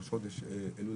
בראש חודש אלול,